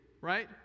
Right